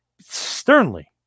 sternly